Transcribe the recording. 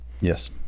Yes